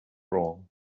wrong